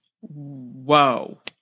Whoa